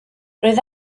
roedd